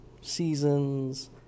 seasons